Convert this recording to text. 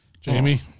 Jamie